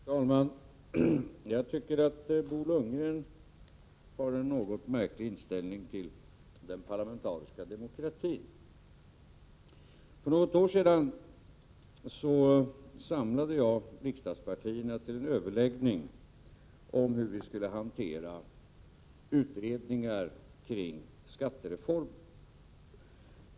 Herr talman! Jag tycker att Bo Lundgren har en något märklig inställning till den parlamentariska demokratin. För något år sedan samlade jag riksdagspartierna till en överläggning om hur vi skulle hantera utredningar kring skattereformer.